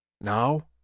Now